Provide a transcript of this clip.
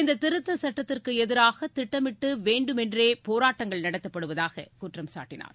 இந்த திருத்த சுட்டத்திற்கு எதிராக திட்டமிட்டு வேண்டுமென்றே போராட்டங்கள் நடத்தப்படுவதாகக் குற்றம் சாட்டினார்